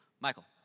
Michael